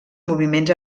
moviments